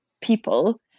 people